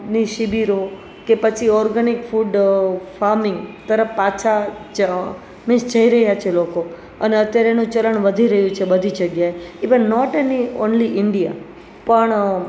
ની શિબિરો કે પછી ઓર્ગનીક ફૂડ ફાર્મિંગ તરફ પાછા મિન્સ જઈ રહ્યાંં છે લોકો અને અત્યારે એનું ચરણ વધી રહ્યું છે બધી જગ્યાએ even not in only India પણ